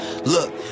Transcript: Look